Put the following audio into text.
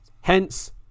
Hence